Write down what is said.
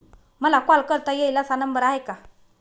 मला कॉल करता येईल असा नंबर आहे का?